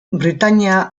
britainia